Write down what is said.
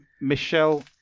michelle